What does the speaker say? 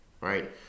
right